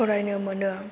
फरायनो मोनो